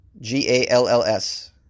G-A-L-L-S